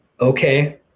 Okay